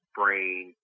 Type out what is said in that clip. brain